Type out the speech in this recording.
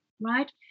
Right